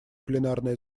пленарное